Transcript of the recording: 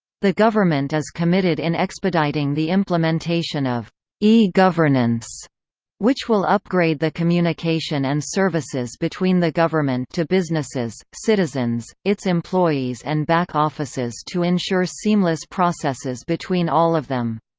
the government is committed in expediting the implementation of e-governance e-governance which will upgrade the communication and services between the government to businesses, citizens, its employees and back offices to ensure seamless processes between all of them.